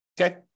Okay